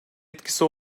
etkisi